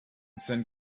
send